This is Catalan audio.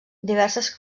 diverses